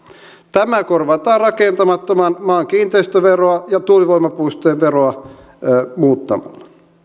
tämä korvataan rakentamattoman maan kiinteistöveroa ja tuulivoimapuistojen veroa muuttamalla